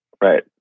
Right